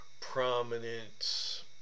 prominent